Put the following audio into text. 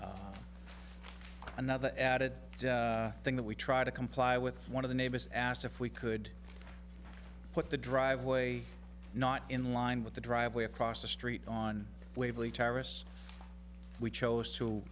another added thing that we try to comply with one of the neighbors asked if we could put the driveway not in line with the driveway across the street on waverly terrace we chose